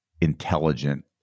intelligent